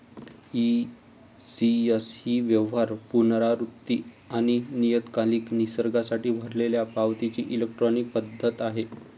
ECS ही व्यवहार, पुनरावृत्ती आणि नियतकालिक निसर्गासाठी भरलेल्या पावतीची इलेक्ट्रॉनिक पद्धत आहे